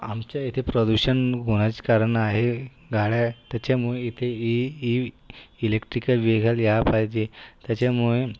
आमच्या इथे प्रदूषण होण्याचे कारण आहे गाड्या त्याच्यामुळे इथेही इ इलेक्ट्रिकल वेगात यायला पाहिजे त्याच्यामुळे